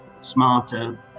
smarter